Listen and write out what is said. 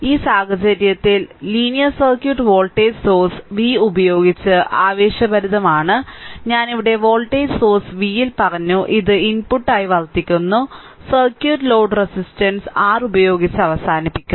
ഈ സാഹചര്യത്തിൽ linear circuit voltage source v ഉപയോഗിച്ച് ആവേശഭരിതമാണ് ഞാൻ ഇവിടെ വോൾട്ടേജ് സോഴ്സ് v യിൽ പറഞ്ഞു ഇത് ഇൻപുട്ടായി വർത്തിക്കുന്നു സർക്യൂട്ട് ലോഡ് റെസിസ്റ്റൻസ് r ഉപയോഗിച്ച് അവസാനിപ്പിക്കും